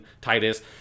titus